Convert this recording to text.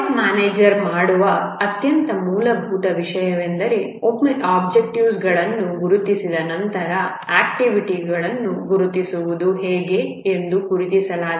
project manager ಮಾಡುವ ಅತ್ಯಂತ ಮೂಲಭೂತ ವಿಷಯವೆಂದರೆ ಒಮ್ಮೆ ಒಬ್ಜೆಕ್ಟಿವ್ಸ್ಗಳನ್ನು ಗುರುತಿಸಿದ ನಂತರ ಆಕ್ಟಿವಿಟಿಗಳನ್ನು ಗುರುತಿಸುವುದು ಹೇಗೆ ಎಂದು ಗುರುತಿಸಲಾಗಿದೆ